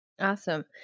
Awesome